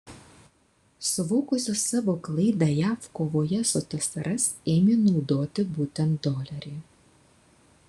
suvokusios savo klaidą jav kovoje su tsrs ėmė naudoti būtent dolerį